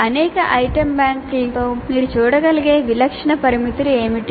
అనేక ఐటెమ్ బ్యాంకులలో మీరు చూడగలిగే విలక్షణ పరిమితులు ఏమిటి